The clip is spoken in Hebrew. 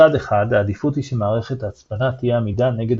מצד אחד העדיפות היא שמערכת ההצפנה תהיה עמידה נגד